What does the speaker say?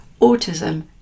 Autism